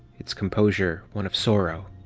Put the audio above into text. its composure one of sorrow.